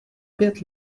pět